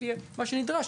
לפי מה שנדרש,